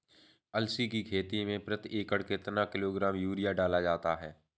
अलसी की खेती में प्रति एकड़ कितना किलोग्राम यूरिया डाला जाता है?